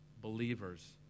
believers